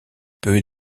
peu